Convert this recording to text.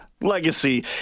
Legacy